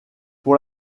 pour